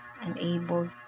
unable